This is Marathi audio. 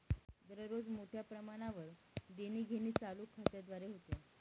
दररोज मोठ्या प्रमाणावर देणीघेणी चालू खात्याद्वारे होते